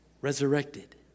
resurrected